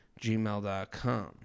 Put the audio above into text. Gmail.com